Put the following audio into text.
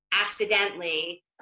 accidentally